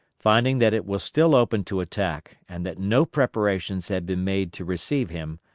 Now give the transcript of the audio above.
finding that it was still open to attack, and that no preparations had been made to receive him,